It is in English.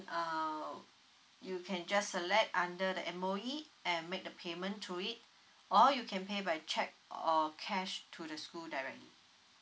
uh you can just select under the M_O_E and make the payment through it or you can pay by cheque or cash to the school directly